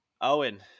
owen